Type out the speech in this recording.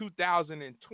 2020